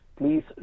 Please